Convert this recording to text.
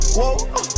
whoa